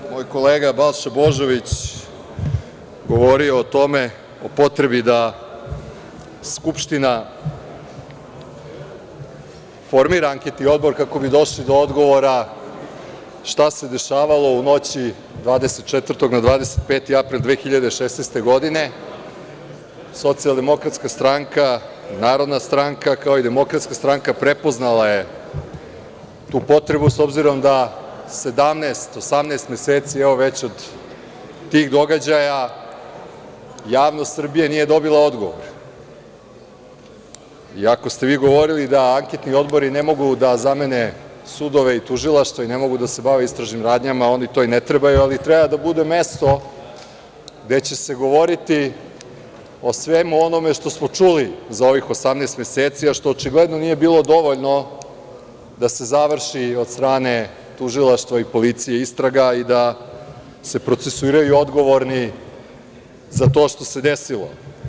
Kao što je i moj kolega Balša Božović govorio o tome, o potrebi da Skupština formira anketni odbor kako bi došli do odgovora šta se dešavalo u nići 24. na 25. april 2016. godine, SDS, NS, kao i DS, prepoznala je tu potrebu, s obzirom da 17. i 18. meseci, evo već od tih događaja javnost Srbije nije dobila odgovor, iako ste vi govorili da anketni odbori ne mogu da zamene sudove i tužilaštva i ne mogu da se bave istražnim radnjama, oni to i ne trebaju, ali treba da bude mesto gde će se govoriti o svemu onome što smo čuli za ovih 18 meseci, a što očigledno nije bilo dovoljno da se završi od strane tužilaštva i policije istraga i da se procesiraju i odgovorni za to što se desilo.